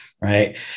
right